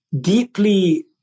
deeply